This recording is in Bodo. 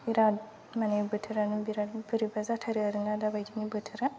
बिराद माने बोथोरानो बिराद बोरैबा जाथारो आरो ना दाबायदिनि बोथोरा